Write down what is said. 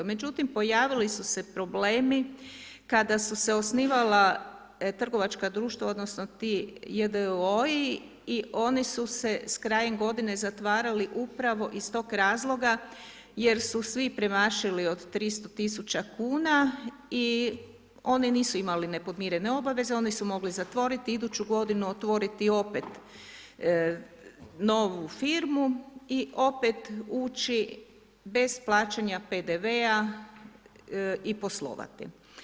Međutim, pojavili su se problemi, kada su se osnivala trgovačka društva odnosno, ti. jdo-i i oni su se s krajem godine zatvarali upravo iz tog razloga jer su svi premašili od 300000 kn i oni nisu imali nepodmirene obaveze, oni su mogli zatvoriti iduću godinu, otvoriti opet novu firmu i opet ući bez plaćanja PDV-a i poslovati.